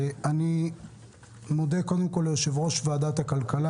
אני מודה קודם כול ליושב-ראש ועדת הכלכלה